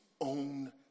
own